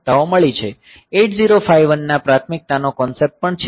8051 માં પ્રાથમિકતાનો કોન્સેપ્ટ પણ છે